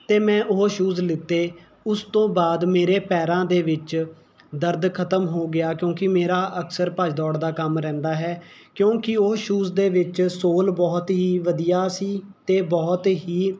ਅਤੇ ਮੈਂ ਉਹ ਸ਼ੂਜ਼ ਲਏ ਉਸ ਤੋਂ ਬਾਅਦ ਮੇਰੇ ਪੈਰਾਂ ਦੇ ਵਿੱਚ ਦਰਦ ਖਤਮ ਹੋ ਗਿਆ ਕਿਉਂਕਿ ਮੇਰਾ ਅਕਸਰ ਭੱਜ ਦੌੜ ਦਾ ਕੰਮ ਰਹਿੰਦਾ ਹੈ ਕਿਉਂਕਿ ਉਹ ਸ਼ੂਜ਼ ਦੇ ਵਿੱਚ ਸੋਲ ਬਹੁਤ ਹੀ ਵਧੀਆ ਸੀ ਅਤੇ ਬਹੁਤ ਹੀ